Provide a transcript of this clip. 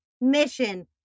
mission